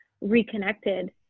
reconnected